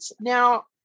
Now